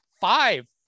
Five